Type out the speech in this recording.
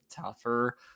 tougher